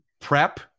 prep